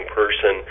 person